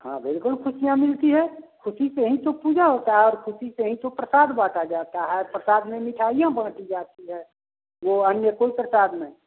हाँ बिल्कुल ख़ुशियाँ मिलती है ख़ुशी से ही तो पूजा होती है और ख़ुशी से ही तो प्रसाद बाँटा जाता है प्रसाद में मिठाइयाँ बाँटी जाती है जो अन्य कोई प्रसाद नहीं